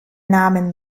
namen